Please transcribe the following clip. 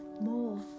more